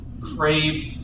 craved